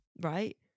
Right